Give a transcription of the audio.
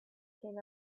came